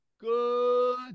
good